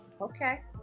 Okay